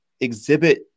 exhibit